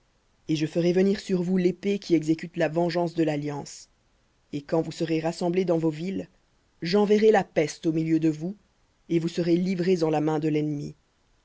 et je ferai venir sur vous l'épée qui exécute la vengeance de l'alliance et quand vous serez rassemblés dans vos villes j'enverrai la peste au milieu de vous et vous serez livrés en la main de l'ennemi